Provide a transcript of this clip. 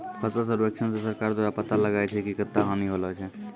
फसल सर्वेक्षण से सरकार द्वारा पाता लगाय छै कि कत्ता हानि होलो छै